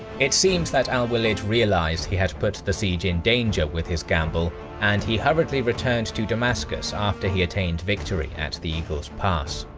it seems that al-walid realised he had put the siege in danger with his gamble and he hurriedly returned to damascus after he attained victory at the eagle's pass.